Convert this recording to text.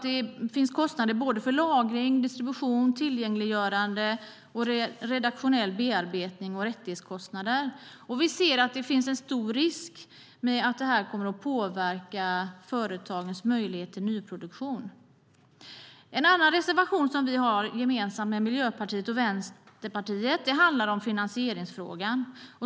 Det finns kostnader för lagring, distribution, tillgängliggörande, redaktionell bearbetning och rättighetskostnader. Vi ser att det finns en stor risk för att detta kommer att påverka företagens möjlighet till nyproduktion. En annan reservation som vi har gemensamt med Miljöpartiet och Vänsterpartiet handlar om finansieringsfrågan.